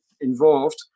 involved